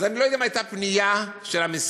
אז אני לא יודע אם הייתה פנייה של המשרד